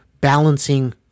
balancing